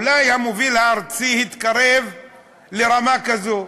אולי המוביל הארצי התקרב לרמה כזאת.